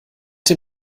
dem